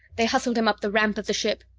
they hustled him up the ramp of the ship.